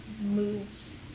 moves